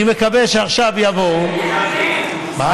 אני מקווה שעכשיו יבואו, מה?